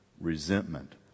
resentment